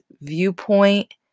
viewpoint